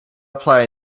apply